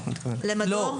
לא.